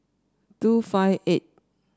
two five eight